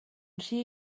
rhy